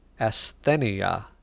asthenia